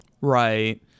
Right